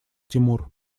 тимур